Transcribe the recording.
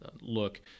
look